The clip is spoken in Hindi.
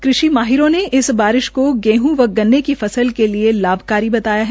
कृषि माहिरों ने इस बारिश को गेहूं व गन्ने की फसल के लिए लाभकारी बताया है